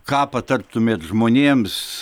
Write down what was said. ką patartumėt žmonėms